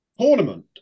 tournament